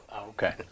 Okay